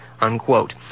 unquote